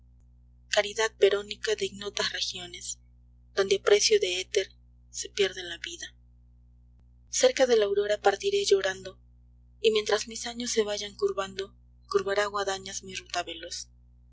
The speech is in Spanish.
caridad verónica de ignotas regiones donde a precio de éter se pierda la vida erca de la aurora partiré llorando y mientras mis años se vayan curvando curvará guadañas mi ruta veloz